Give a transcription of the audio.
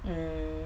mm